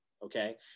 Okay